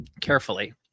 Carefully